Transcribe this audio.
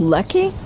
Lucky